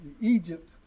Egypt